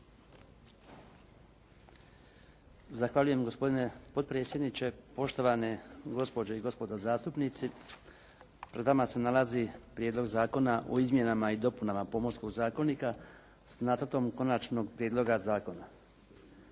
Zahvaljujem gospodine potpredsjedniče. Poštovane gospođe i gospodo zastupnici. Pred nama se nalazi Prijedlog zakona o izmjenama i dopunama Pomorskog zakonika s nacrtom Konačnog prijedloga Zakona.